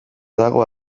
dago